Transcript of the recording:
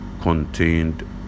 contained